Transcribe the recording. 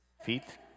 feet